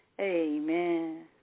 amen